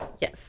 yes